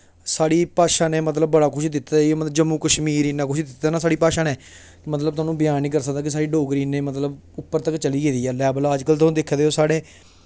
साढ़ी भाशा ने मतलब बड़ा कुछ दित्ते दा ऐ मतलब जम्मू कश्मीर गी इ'न्ना कुछ दित्ते दा ना साढ़ी भाशा ने मतलब थाह्नूं ब्यान निं करी सकदा कि जेह्ड़ी साढ़ी डोगरी इ'न्नी उप्पर तक चली गेदी ऐ मतलब अज्ज कल तुस दिक्खा दे हो साढ़े